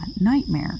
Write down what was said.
nightmare